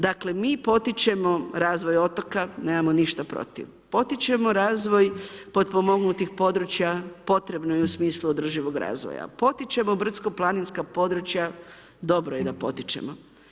Dakle mi potičemo razvoj otoka, nemamo ništa protiv, potičemo razvoj potpomognutnih područja, potrebno je u smislu održivog, potičemo brdsko-planinska područja dobro je da potičemo.